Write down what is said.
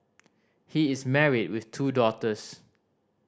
he is married with two daughters